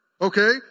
okay